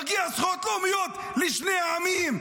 שמגיעות זכויות לאומיות לשני העמים,